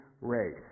race